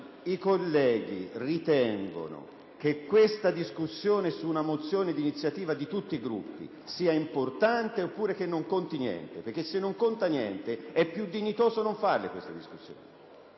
I colleghi ritengono che questa discussione su una mozione di iniziativa di tutti i Gruppi sia importante oppure che non conti alcunché? Perché se non conta alcunché, è più dignitoso non fare queste discussioni,